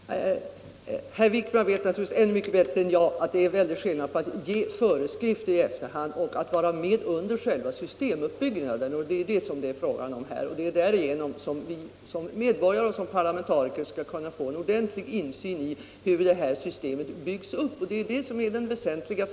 Herr talman! Herr Wijkman vet naturligtvis ännu bättre än jag att det är en stor skillnad mellan att ge föreskrifter i efterhand och att vara med under själva systemuppbyggnaden. Vi skall som medborgare och parlamentariker kunna få en ordentlig insyn i hur det här systemet byggs upp, detta är det väsentliga.